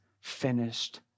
finished